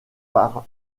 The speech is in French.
par